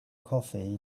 coffee